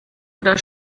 oder